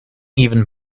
even